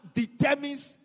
determines